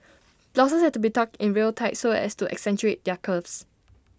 blouses had to be tucked in real tight so as to accentuate their curves